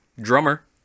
drummer